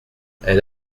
elle